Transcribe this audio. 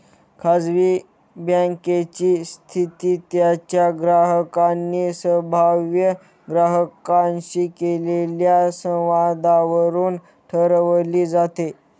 खाजगी बँकेची स्थिती त्यांच्या ग्राहकांनी संभाव्य ग्राहकांशी केलेल्या संवादावरून ठरवली जाते